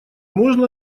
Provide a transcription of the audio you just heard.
можно